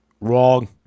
Wrong